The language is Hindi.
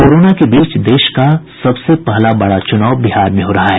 कोरोना के बीच देश का सबसे पहला बड़ा चुनाव बिहार में हो रहा है